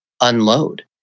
unload